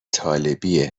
طالبی